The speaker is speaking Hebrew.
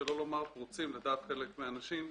שלא לומר הפרוצים לדעת חלק מהאנשים,